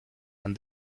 and